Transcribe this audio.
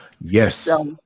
Yes